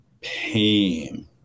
pain